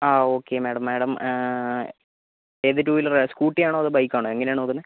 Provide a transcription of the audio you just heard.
ആ okay madam madam ഏത് two wheeler ആണ് സ്ക്കൂട്ടി ആണോ അതോ ബൈക്ക് ആണോ എങ്ങനെയാണ് നോക്കുന്നത്